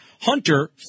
Hunter